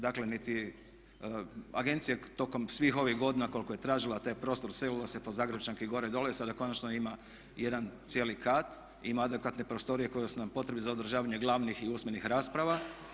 Dakle niti, agencija tokom svih ovih godina koliko je tražila taj prostor selila se po Zagrepčanki gore, dole, sada konačno ima jedan cijeli kat, ima adekvatne prostorije koje su nam potrebne za održavanje glavnih i usmenih rasprava.